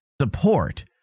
support